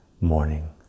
morning